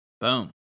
Boom